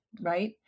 right